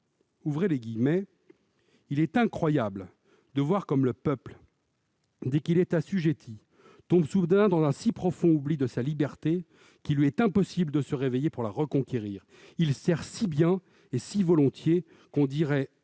de La Boétie :« Il est incroyable de voir comme le peuple, dès qu'il est assujetti, tombe soudain dans un profond oubli de sa liberté qu'il lui est impossible de se réveiller pour la reconquérir : il sert si bien, et si volontiers, qu'on dirait